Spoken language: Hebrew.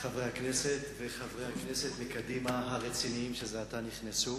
חברי הכנסת וחברי הכנסת מקדימה הרציניים שזה עתה נכנסו,